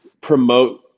promote